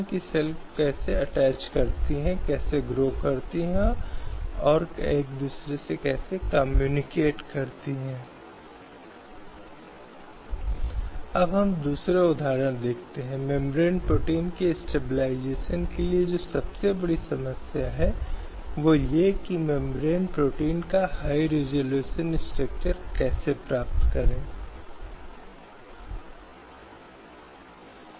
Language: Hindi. हालांकि यदि वर्गीकरण वैध कारणों पर आधारित है और भारतीय संवैधानिक ढांचे के तहत निर्धारित किए गए समानता के नियंत्रण के भीतर वर्गीकरण के माध्यम से प्राप्त करने का एक उद्देश्य है